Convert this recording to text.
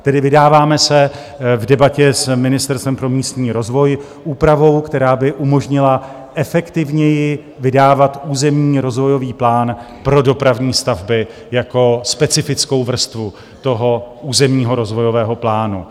Tedy vydáváme se v debatě s Ministerstvem pro místní rozvoj úpravou, která by umožnila efektivněji vydávat územní rozvojový plán pro dopravní stavby jako specifickou vrstvu územního rozvojového plánu.